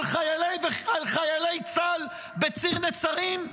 על חיילי צה"ל בציר נצרים?